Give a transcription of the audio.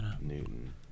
Newton